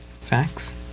facts